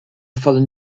fallen